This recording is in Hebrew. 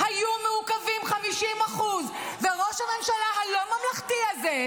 היום אנחנו שומעים ש-50% ממשלוחי הנשק היו מעוכבים.